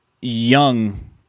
young